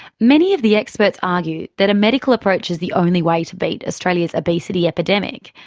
many of the experts argue that a medical approach is the only way to beat australia's obesity epidemic,